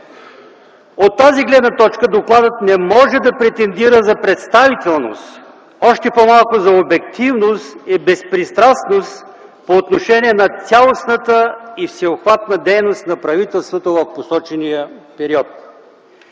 От тази гледна точка докладът не може да претендира за представителност, още по-малко за обективност и безпристрастност по отношение на цялостната и всеобхватна дейност на правителството в посочения период.